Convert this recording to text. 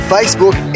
Facebook